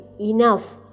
enough